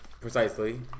Precisely